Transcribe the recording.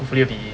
really